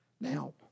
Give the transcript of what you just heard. Now